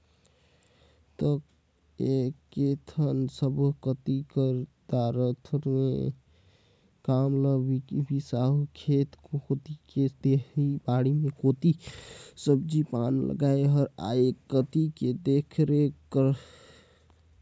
त एकेझन सब्बो कति कर दारथस तें काम ल बिसाहू खेत कोती के देखही बाड़ी कोती सब्जी पान लगाय हस आ कोती के देखरेख